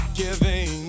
giving